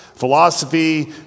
Philosophy